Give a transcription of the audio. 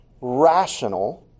Rational